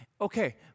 Okay